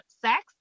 sex